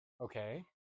Okay